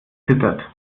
zittert